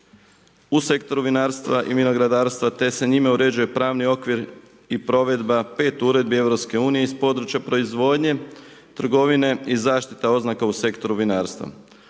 u sektoru vinarstva i vinogradarstva te se njime uređuje pravni okvir i provedba 5 uredbi EU iz područja proizvodnje, trgovine i zaštita oznaka u sektoru vinarstva.